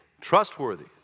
trustworthy